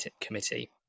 committee